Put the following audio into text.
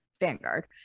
Vanguard